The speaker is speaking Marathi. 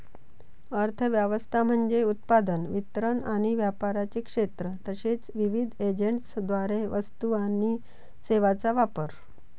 अर्थ व्यवस्था म्हणजे उत्पादन, वितरण आणि व्यापाराचे क्षेत्र तसेच विविध एजंट्सद्वारे वस्तू आणि सेवांचा वापर